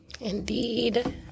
indeed